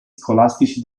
scolastici